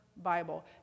Bible